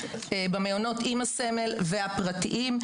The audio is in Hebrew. במעונות עם הסמל והפרטיים.